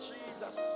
Jesus